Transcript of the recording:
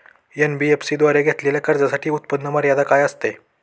NBFC द्वारे घेतलेल्या कर्जासाठी उत्पन्न मर्यादा काय असते?